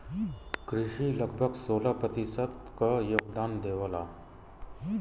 कृषि लगभग सोलह प्रतिशत क योगदान देवेला